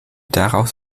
daraus